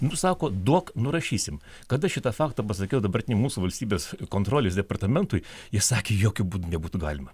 nu sako duok nurašysim kada šitą faktą pasakiau dabartiniam mūsų valstybės kontrolės departamentui jis sakė jokiu būdu nebūtų galima